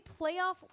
playoff